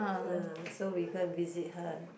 uh so we go and visit her